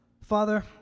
Father